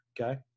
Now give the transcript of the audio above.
okay